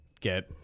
get